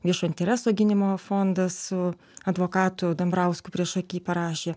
viešo intereso gynimo fondas su advokatu dambrausku priešaky parašė